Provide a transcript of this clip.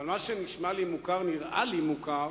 אבל מה שנשמע לי מוכר נראה לי מוכר